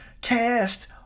Cast